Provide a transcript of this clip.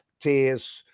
tears